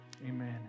Amen